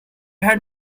had